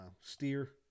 Steer